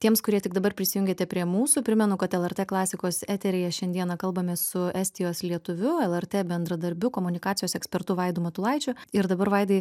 tiems kurie tik dabar prisijungėte prie mūsų primenu kad lrt klasikos eteryje šiandieną kalbamės su estijos lietuviu lrt bendradarbiu komunikacijos ekspertu vaidu matulaičiu ir dabar vaidai